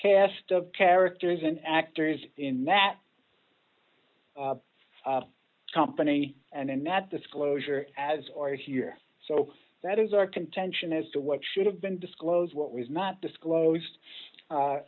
cast of characters and actors in that company and in that disclosure as or here so that is our contention as to what should have been disclosed what was not disclosed